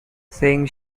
saying